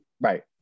Right